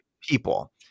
people